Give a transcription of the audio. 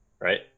Right